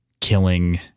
killing